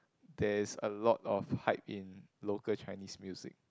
there is a lot of hype in local Chinese music